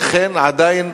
כדי,